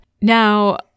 Now